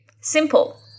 Simple